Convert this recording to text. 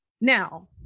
now